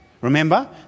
Remember